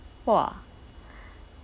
!wah!